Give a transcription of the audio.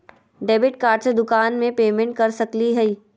Debit card से दुकान में पेमेंट कर सकली हई?